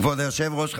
כבוד היושב-ראש,